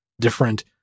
different